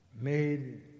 made